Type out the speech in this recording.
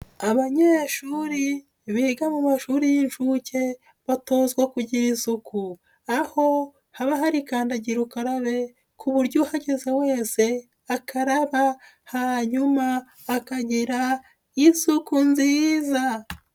Abanyeyeshuri biga mu mashuri y'inshuke batozwa kugira isuku. Aho haba hari kandagira ukarabe ku buryo uhageze wese akaraba hanyuma akagira isuku nziza.